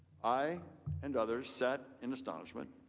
i and others sat in astonishment.